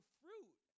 fruit